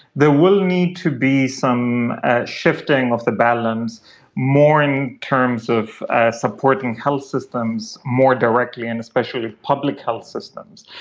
there will need to be some shifting of the balance more in terms of supporting health systems more directly and especially public health systems.